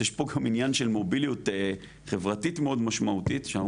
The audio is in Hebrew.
אז יש פה גם ענין של מוביליות חברתית מאוד משמעותית כשאנחנו